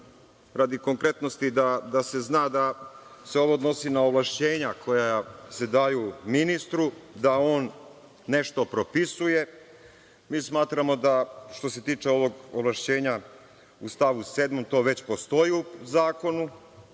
radi konkretnosti, da se zna da se ovo odnosi na ovlašćenja koja se daju ministru da on nešto propisuje. Mi smatramo da, što se tiče ovog ovlašćenja u stavu 7. to već postoji u zakonu,